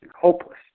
hopeless